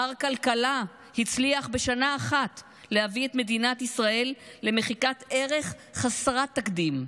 מר כלכלה הצליח בשנה אחת להביא את מדינת ישראל למחיקת ערך חסרת תקדים.